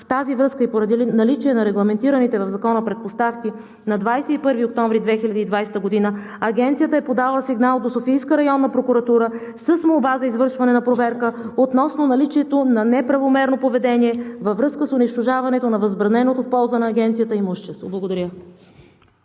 В тази връзка и поради наличие на регламентираните в Закона предпоставки, на 21 октомври 2020 г. Агенцията е подала сигнал до Софийската районна прокуратура с молба за извършване на проверка относно наличието на неправомерно поведение във връзка с унищожаването на възбраненото в полза на Агенцията имущество. Благодаря.